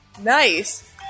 nice